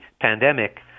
pandemic